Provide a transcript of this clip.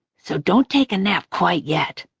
so don't take a nap quite yet.